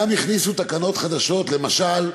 הכניסו גם תקנות חדשות, למשל: